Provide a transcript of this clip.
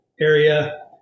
area